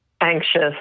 anxious